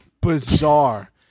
Bizarre